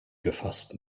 gefasst